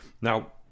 Now